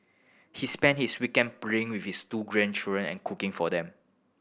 he spend his weekend playing with his two grandchildren and cooking for them